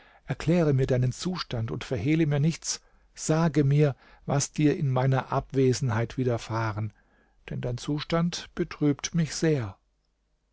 erkläre mir deinen zustand und verhehle mir nichts sage mir was dir in meiner abwesenheit widerfahren denn dein zustand betrübt mich sehr